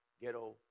ghetto